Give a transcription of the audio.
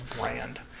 brand